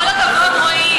כל הכבוד, רועי.